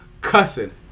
cussing